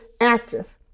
active